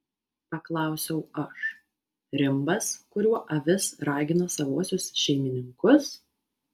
paklausiau aš rimbas kuriuo avis ragino savuosius šeimininkus